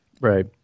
Right